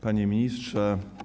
Panie Ministrze!